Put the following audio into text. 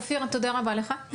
אופיר, תודה רבה לך.